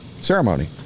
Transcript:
ceremony